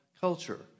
culture